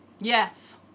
Yes